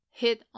hit